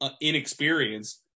inexperienced